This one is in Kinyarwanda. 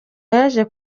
yaje